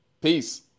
Peace